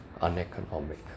uneconomic